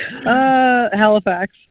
Halifax